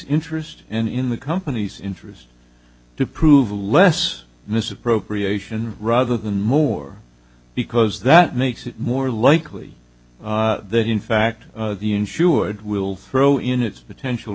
interest and in the company's interest to prove a less misappropriation rather than more because that makes it more likely that in fact the insured will throw in its potential